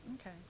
Okay